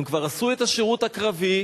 הם כבר עשו את השירות הקרבי,